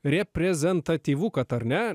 reprezentatyvu kad ar ne